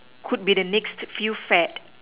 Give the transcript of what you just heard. could be the next few fad